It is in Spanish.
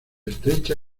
estrecha